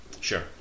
Sure